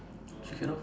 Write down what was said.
she cannot